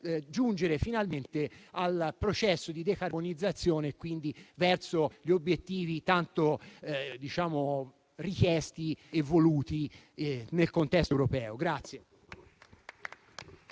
finalmente alla sua realizzazione e quindi verso gli obiettivi tanto richiesti e voluti nel contesto europeo.